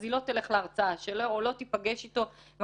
אז היא לא תלך לשם ולא תיפגש איתו.